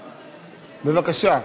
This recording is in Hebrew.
בבקשה.